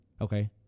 Okay